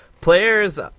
players